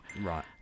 Right